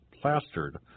plastered